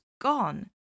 gone